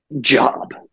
job